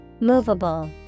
Movable